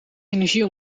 energie